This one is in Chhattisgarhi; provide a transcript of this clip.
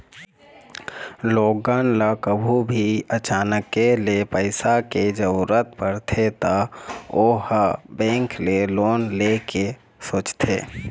लोगन ल कभू भी अचानके ले पइसा के जरूरत परथे त ओ ह बेंक ले लोन ले के सोचथे